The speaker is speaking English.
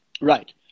right